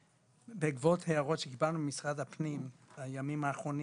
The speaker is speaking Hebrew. בעקבות הערות שקיבלנו ממשרד הפנים בימים האחרונים,